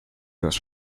was